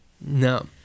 No